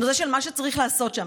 והנושא של מה שצריך לעשות שם,